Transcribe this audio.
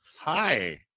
Hi